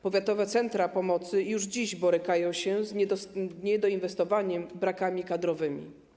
Powiatowe centra pomocy już dziś borykają się z niedoinwestowaniem i brakami kadrowymi.